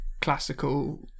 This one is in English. classical